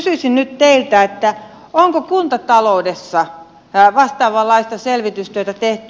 kysyisin nyt teiltä onko kuntataloudessa vastaavanlaista selvitystyötä tehty